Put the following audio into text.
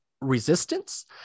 resistance